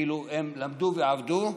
כאילו הם למדו ועבדו.